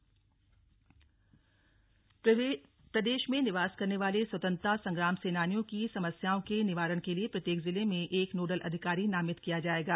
निर्देश प्रदेश में निवास करने वाले स्वतंत्रता संग्राम सेनानियों की समस्याओं के निवारण के लिए प्रत्येक जिले में एक नोडल अधिकारी नामित किया जाएगा